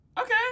okay